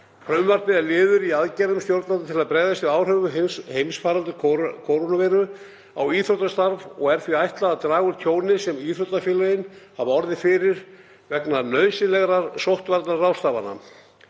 Frumvarpið er liður í aðgerðum stjórnvalda til að bregðast við áhrifum heimsfaraldurs kórónuveiru á íþróttastarf og er því ætlað að draga úr tjóni sem íþróttafélög hafa orðið fyrir vegna nauðsynlegra sóttvarnaráðstafana.